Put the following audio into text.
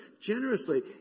generously